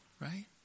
right